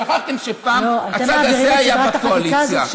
שכחתם שפעם הצד הזה היה בקואליציה.